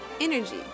energy